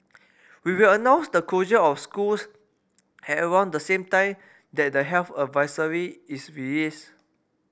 we will announce the closure of schools at around the same time that the health advisory is released